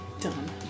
Done